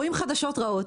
רואים חדשות רעות.